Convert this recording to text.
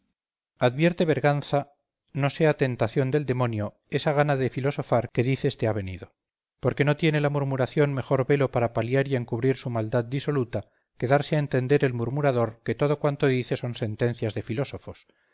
advierte berganza no sea tentación del demonio esa gana de filosofar que dices te ha venido porque no tiene la murmuración mejor velo para paliar y encubrir su maldad disoluta que darse a entender el murmurador que todo cuanto dice son sentencias de filósofos